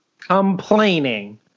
Complaining